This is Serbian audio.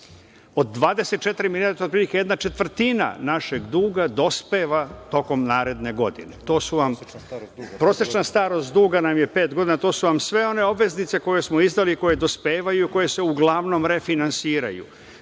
Od 24 milijarde, to je otprilike jedna četvrtina našeg duga, dospeva tokom naredne godine. Prosečna starost duga nam je pet godina, a to su vam sve one obveznice koje smo izdali, koje dospevaju, koje se uglavnom refinansiraju.